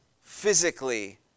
physically